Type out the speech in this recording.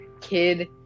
kid